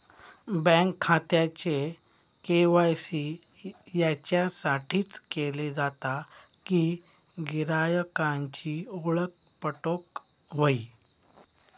bank खात्याचे KYC याच्यासाठीच केले जाता कि गिरायकांची ओळख पटोक व्हयी